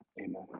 Amen